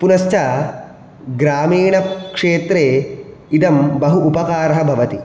पुनश्च ग्रामीणक्षेत्रे इदं बहु उपकारः भवति